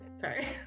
Sorry